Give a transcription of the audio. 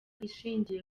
ishingiye